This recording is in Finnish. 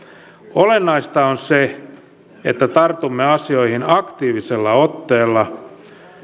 olennaista on se että tartumme asioihin aktiivisella otteella